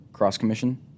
cross-commission